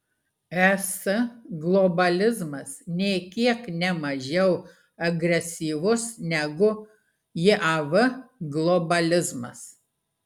es globalizmas nė kiek ne mažiau agresyvus negu jav globalizmas